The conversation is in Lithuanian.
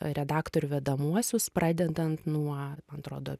redaktorių vedamuosius pradedant nuo man atrodo